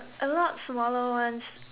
a lot smaller ones